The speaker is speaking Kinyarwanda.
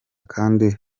kandi